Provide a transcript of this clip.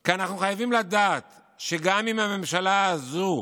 כי אנחנו חייבים לדעת שגם אם הממשלה הזו,